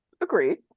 Agreed